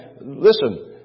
listen